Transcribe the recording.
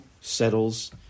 settles